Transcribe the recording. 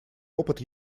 опыт